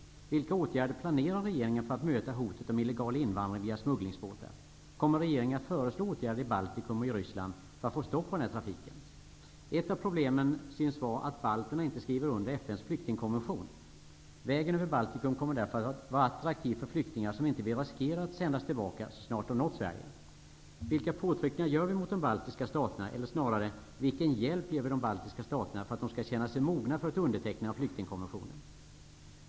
Vilka åtgärder planerar regeringen för att möta hotet om illegal invandring via smugglingsbåtar? Kommer regeringen att föreslå åtgärder i Baltikum och i Ryssland för att få stopp på den här trafiken? Ett av problemen synes vara att balterna inte skriver under FN:s flyktingkonvention. Vägen över Baltikum kommer därför att vara attraktiv för flyktingar som inte vill riskera att sändas tillbaka så snart de nått Sverige. Vilka påtryckningar gör vi mot de baltiska staterna -- eller snarare vilken hjälp ger vi de baltiska staterna för att de skall känna sig mogna för ett undertecknande av flyktingkonventionen?